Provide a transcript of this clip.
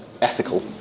ethical